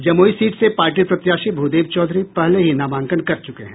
Jamui seat से party प्रत्याशी भूदेव चौधरी पहले ही नामांकन कर चुके हैं